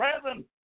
present